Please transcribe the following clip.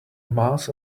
mass